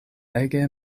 ege